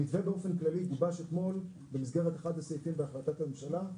המתווה באופן כללי הוגש אתמול במסגרת אחד הסעיפים בהחלטת הממשלה.